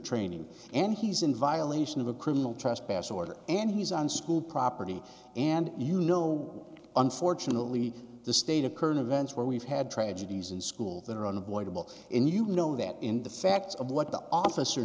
training and he's in violation of a criminal trespass order and he's on school property and you know what unfortunately the state of current events where we've had tragedies in schools that are unavoidable and you know that in the facts of what the officer